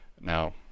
Now